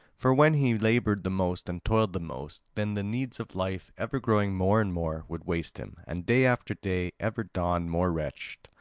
for when he laboured the most and toiled the most, then the needs of life, ever growing more and more, would waste him, and day after day ever dawned more wretched,